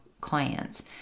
clients